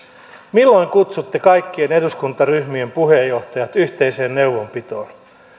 milloin kutsutte kaikkien eduskuntaryhmien puheenjohtajat yhteiseen neuvonpitoon